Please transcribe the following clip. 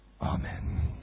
Amen